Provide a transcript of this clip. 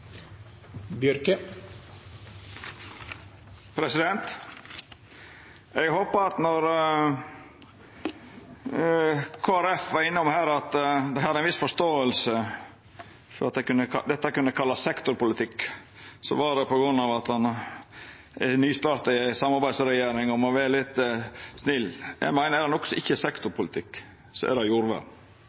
Eg håpar at når Kristeleg Folkeparti var innom dette og hadde ei viss forståing for at dette kunne kallast sektorpolitikk, så var det på grunn av at ein i den nystarta samarbeidsregjeringa må vera litt snill. Eg meiner at er det noko som ikkje er sektorpolitikk, så er det jordvern.